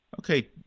Okay